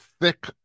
thick